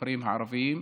בכפרים הערביים,